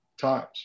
times